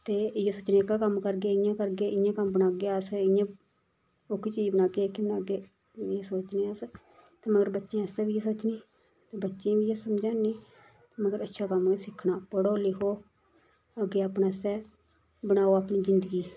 ते इ'यै सोचनी कि एह्का कम्म करगे इ'यां करगे इयां कम्म बनाह्गे अस इ'यां ओह्की चीज़ बनाह्गे एह्की बनाह्गी में सोचनी आं अस मगर बच्चें आस्तै बी इ'यै सोचनी ते बच्चें बी इयै समझानी मगर अच्छा कम्म गै सिक्खना पढ़ो लिखो अग्गें अपने आस्सै बनाओ अपनी जिंदगी